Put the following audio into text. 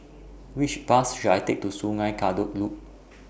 Which Bus should I Take to Sungei Kadut Loop